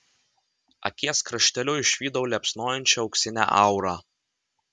akies krašteliu išvydau liepsnojančią auksinę aurą